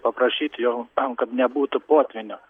paprašyt jo tam kad nebūtų potvynio